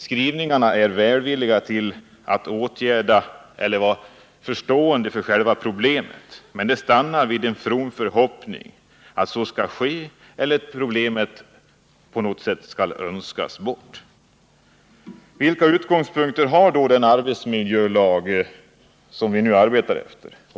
Skrivningarna är välvilliga när det gäller att åtgärda eller att vara förstående för själva problemet, men det stannar vid en from förhoppning om att så skall ske eller att problemet på något sätt skall önskas bort. Vilka utgångspunkter har då den arbetsmiljölag som vi nu arbetar efter?